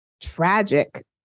tragic